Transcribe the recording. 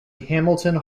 hamilton